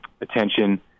attention